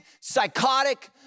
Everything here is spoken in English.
psychotic